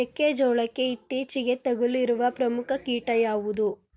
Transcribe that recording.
ಮೆಕ್ಕೆ ಜೋಳಕ್ಕೆ ಇತ್ತೀಚೆಗೆ ತಗುಲಿರುವ ಪ್ರಮುಖ ಕೀಟ ಯಾವುದು?